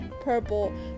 purple